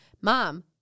Mom